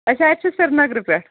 أسۍ حظ چھِ سری نگرٕ پٮ۪ٹھ